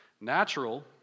Natural